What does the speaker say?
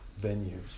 venues